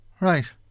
Right